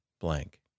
blank